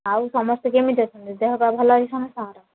ଆଉ ସମସ୍ତେ କେମିତି ଅଛନ୍ତି ଦେହ ପା ଭଲ ଅଛି ସମସ୍ତଙ୍କର